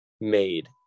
made